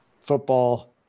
football